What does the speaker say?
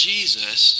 Jesus